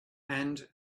and